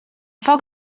foc